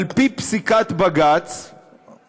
על פי פסיקת בג"ץ,